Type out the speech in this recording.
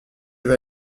vais